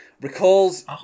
Recalls